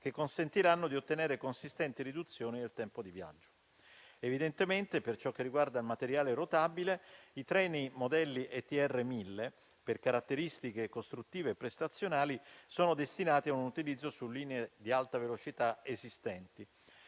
che consentiranno di ottenere consistente riduzioni del tempo di viaggio. Evidentemente, per ciò che riguarda il materiale rotabile, i treni modelli ETR 1000 per caratteristiche costruttive e prestazionali sono destinati a un utilizzo su linee di alta velocità esistenti.